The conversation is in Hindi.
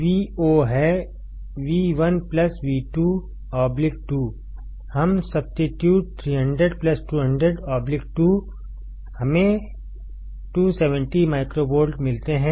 Vcहै V1 V2 2हम सब्स्टीट्यट 300 200 2हमें 270 माइक्रोवोल्ट मिलते हैं